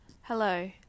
Hello